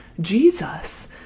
Jesus